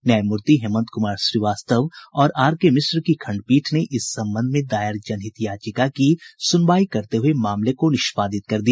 न्यायमूर्ति हेमंत कुमार श्रीवास्तव और आरके मिश्र की खंडपीठ ने इस संबंध में दायर जनहित याचिका की सुनवाई करते हुये मामले को निष्पादित कर दिया